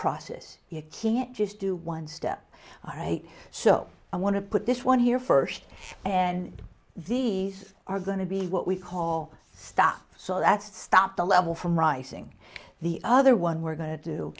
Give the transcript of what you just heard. process you can't just do one step all right so i want to put this one here first and these are going to be what we call stock so that start the level from rising the other one we're going to do